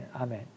amen